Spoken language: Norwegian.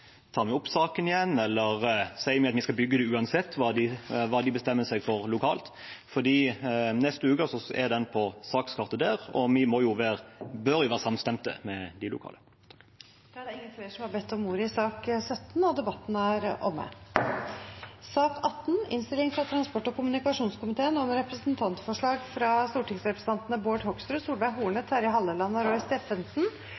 Tar vi opp saken igjen, eller sier vi at vi skal bygge uansett hva de bestemmer seg for lokalt? Neste uke er dette på sakskartet der, og vi bør være samstemte med dem som sitter lokalt. Flere har ikke bedt om ordet til sak nr. 17. Etter ønske fra transport- og kommunikasjonskomiteen vil presidenten ordne debatten slik: 3 minutter til hver partigruppe og